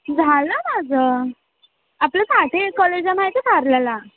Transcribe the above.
झालं माझं आपलं साठे कॉलेज आहे माहीत आहे पार्ल्याला